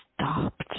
stopped